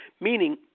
meaning